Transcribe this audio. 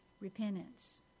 repentance